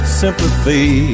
sympathy